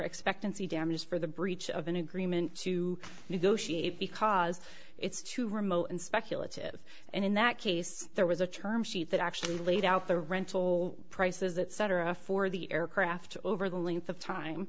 expectancy damages for the breach of an agreement to negotiate because it's too remote and speculative and in that case there was a term sheet that actually laid out the rental prices etc for the aircraft over the length of time